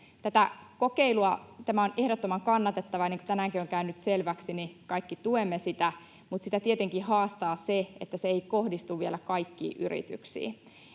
Tämä kokeilu on ehdottoman kannatettava, ja niin kuin tänäänkin on käynyt selväksi, kaikki tuemme sitä, mutta sitä tietenkin haastaa se, että se ei kohdistu vielä kaikkiin yrityksiin.